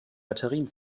batterien